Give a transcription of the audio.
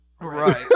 Right